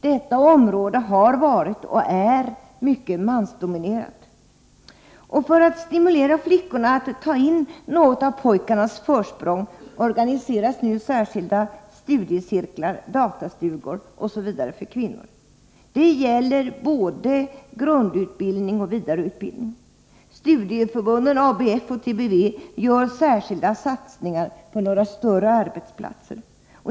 Detta område har varit — och är — mycket mansdominerat. För att stimulera flickorna att ta in något av pojkarnas försprång organiseras nu särskilda studiecirklar, datastugor osv. för kvinnor. Det gäller både grundutbildning och vidareutbildning. Studieförbunden ABF och TBV gör särskilda satsningar på några större arbetsplatser.